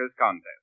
Contest